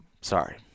Sorry